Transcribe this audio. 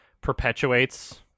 perpetuates